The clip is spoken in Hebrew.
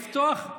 לפתוח,